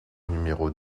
numéro